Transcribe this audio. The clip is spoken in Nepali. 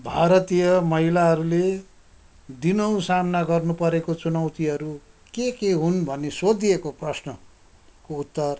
भारतीय महिलाहरूले दिनहुँ सामना गर्न परेको चुनौतीहरू के के हुन् भनि सोधिएको प्रश्नको उत्तर